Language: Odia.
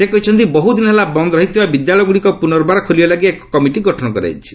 ସେ କହିଛନ୍ତି ବହ୍ଦଦିନ ହେଲା ବନ୍ଦ ରହିଥିବା ବିଦ୍ୟାଳୟଗ୍ରଡ଼ିକ ପ୍ରନର୍ବାର ଖୋଲିବା ଲାଗି ଏକ କମିଟି ଗଠନ କରାଯାଇଛି